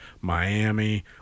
Miami